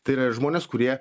tai yra žmonės kurie